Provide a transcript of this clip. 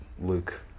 Luke